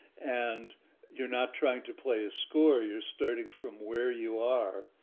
and you're not trying to play a score, you're starting from where you are,